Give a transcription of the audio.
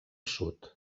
sud